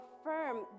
affirm